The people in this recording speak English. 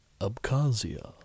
Abkhazia